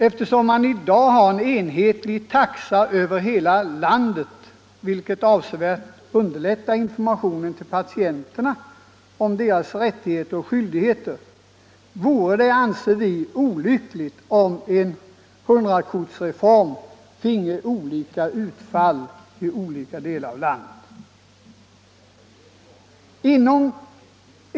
Eftersom man i dag har en enhetlig taxa över hela landet, vilket avsevärt underlättar informationen till patienterna om deras rättigheter och skyldigheter, vore det enligt vår uppfattning olyckligt om en ”100 kortsreform” fick olika utfall i olika delar av landet.